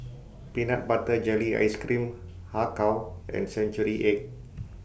Peanut Butter Jelly Ice Cream Har Kow and Century Egg